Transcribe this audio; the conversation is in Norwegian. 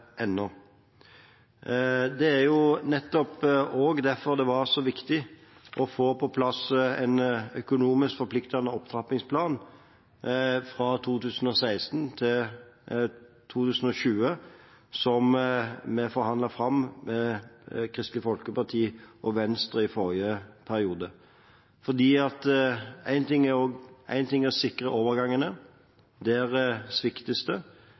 Nettopp derfor var det så viktig å få på plass en økonomisk forpliktende opptrappingsplan for 2016–2020, som vi forhandlet fram med Kristelig Folkeparti og Venstre i forrige periode. Én ting er å sikre overgangene – der sviktes det